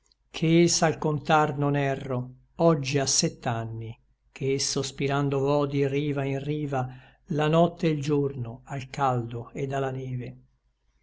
lauro ché s'al contar non erro oggi à sett'anni che sospirando vo di riva in riva la notte e l giorno al caldo ed a la neve